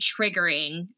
triggering